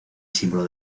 símbolo